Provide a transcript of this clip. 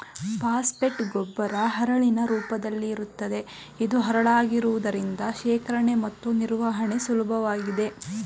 phosphate ಗೊಬ್ಬರ ಹರಳಿನ ರೂಪದಲ್ಲಿರುತ್ತದೆ ಇದು ಹರಳಾಗಿರುವುದರಿಂದ ಶೇಖರಣೆ ಮತ್ತು ನಿರ್ವಹಣೆ ಸುಲಭವಾಗಿದೆ